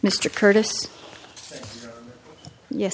mr curtis yes